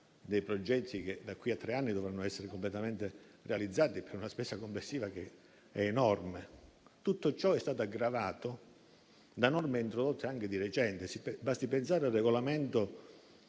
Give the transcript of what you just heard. dei progetti che da qui a tre anni dovranno essere completamente realizzati, per una spesa complessiva enorme. Tutto ciò è stato aggravato da norme introdotte anche di recente: basti pensare al regolamento